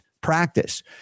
practice